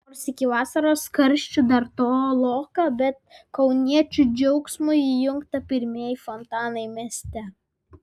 nors iki vasaros karščių dar toloka bet kauniečių džiaugsmui įjungti pirmieji fontanai mieste